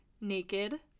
naked